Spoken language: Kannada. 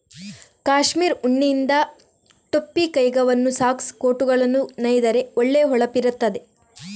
ಕಾಶ್ಮೀರ್ ಉಣ್ಣೆಯಿಂದ ಟೊಪ್ಪಿ, ಕೈಗವಸು, ಸಾಕ್ಸ್, ಕೋಟುಗಳನ್ನ ನೇಯ್ದರೆ ಒಳ್ಳೆ ಹೊಳಪಿರ್ತದೆ